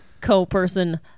co-person